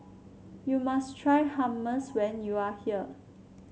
you must try Hummus when you are here